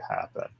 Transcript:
happen